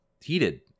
heated